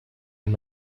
and